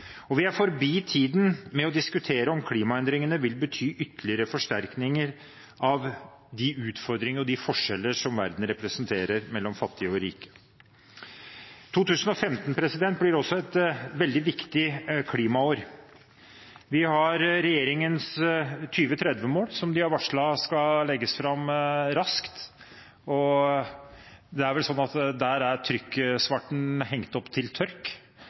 Og vi er forbi tiden for å diskutere om klimaendringene vil bety ytterligere forsterkninger av de utfordringer og de forskjeller som verden representerer mellom fattig og rik. 2015 blir også et veldig viktig klimaår. Vi har regjeringens 2030-mål, som de har varslet skal legges fram raskt, og det er vel sånn at der er trykksverten hengt opp til tørk.